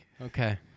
Okay